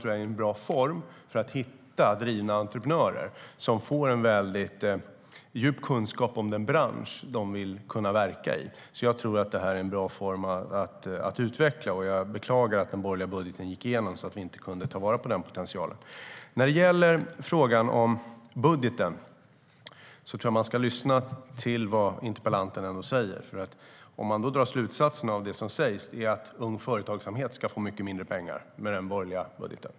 Det en bra form för att hitta drivna entreprenörer, som får en väldigt djup kunskap om den bransch de vill kunna verka i, och det är en bra form att utveckla. Jag beklagar att den borgerliga budgeten gick igenom så att vi inte kunde ta vara på den potentialen. När det gäller frågan om budgeten tror jag att man ska lyssna till vad interpellanten säger. Slutsatsen av det som sägs är att Ung Företagsamhet får mycket mindre pengar med den borgerliga budgeten.